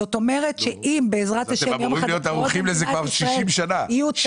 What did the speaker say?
זאת אומרת שאם יום אחד הבחירות במדינת ישראל יהיו במועדן זה